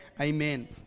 amen